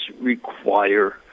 require